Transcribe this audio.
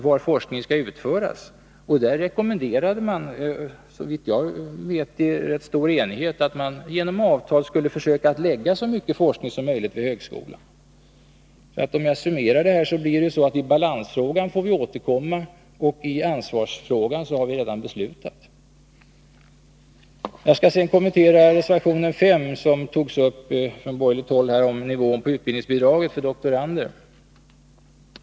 Var forskningen skall utföras är en annan fråga. Såvitt jag vet rekommenderade vi i stor enighet att man genom avtal skulle försöka lägga så mycket forskning som möjligt vid högskolan. Om jag summerar detta blir det då att i balansfrågan får vi återkomma och i ansvarsfrågan har vi redan beslutat. Jag skall sedan kommentera reservation 5 som togs upp från borgerligt håll, om nivån på utbildningsbidrag för doktorander.